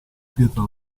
pietra